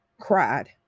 cried